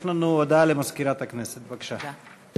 יש הודעה למזכירת הכנסת, בבקשה.